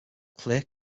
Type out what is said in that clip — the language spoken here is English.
clear